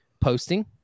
posting